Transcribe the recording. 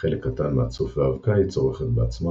חלק קטן מהצוף והאבקה היא צורכת בעצמה